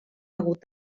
hagut